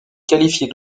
qualifier